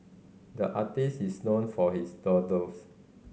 the artist is known for his doodles